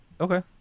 Okay